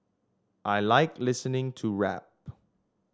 I like listening to rap